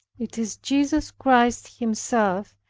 it is jesus christ himself,